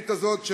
לתוכנית הזאת,